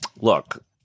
look